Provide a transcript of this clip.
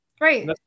Right